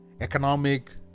Economic